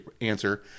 answer